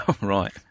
Right